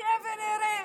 נחיה ונראה.